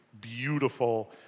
beautiful